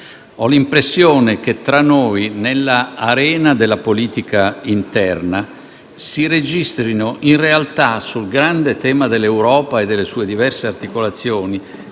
Ho l'impressione che tra noi, nell'arena della politica interna, si registrino, in realtà, sul grande tema dell'Europa e delle sue diverse articolazioni,